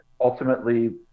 ultimately